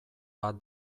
bat